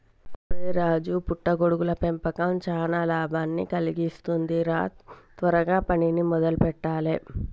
ఒరై రాజు పుట్ట గొడుగుల పెంపకం చానా లాభాన్ని కలిగిస్తుంది రా త్వరగా పనిని మొదలు పెట్టాలే